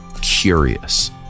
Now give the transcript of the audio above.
curious